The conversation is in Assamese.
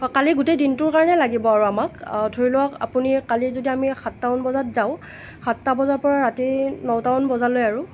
হয় কালি গোটেই দিনটোৰ কাৰণে লাগিব আৰু আমাক ধৰি লওক আপুনি কালি যদি আমি সাতটামান বজাত যাওঁ সাতটা বজাৰ পৰা ৰাতি নটামান বজালৈ আৰু